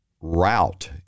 route